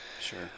Sure